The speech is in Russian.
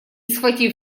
схватив